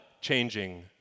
changing